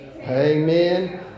Amen